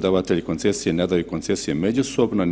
Davatelji koncesije ne daju koncesije međusobno